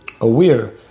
aware